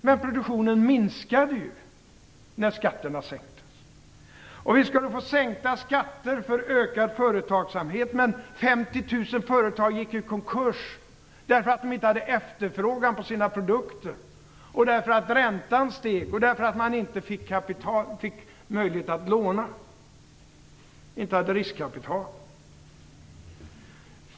Men produktionen minskade ju när skatterna sänktes. Vi skulle få sänkta skatter för ökad företagsamhet. Men 50 000 företag gick i konkurs, därför att det inte var efterfrågan på deras produkter och därför att räntan steg. Man hade inte riskkapital och fick inte möjlighet att låna.